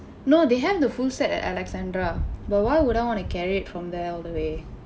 no they have the full set at alexandra but why would I wanna carry it from there all the way